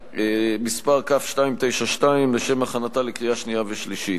מס' כ/292, לשם הכנתה לקריאה שנייה ושלישית.